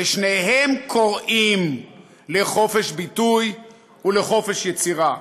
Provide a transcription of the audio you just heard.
ושניהם קוראים לחופש ביטוי ולחופש יצירה.